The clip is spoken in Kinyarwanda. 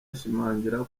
ashimangira